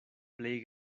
plej